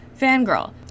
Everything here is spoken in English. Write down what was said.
Fangirl